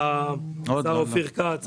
היושב-ראש אופיר כץ,